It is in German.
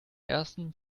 ersten